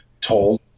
told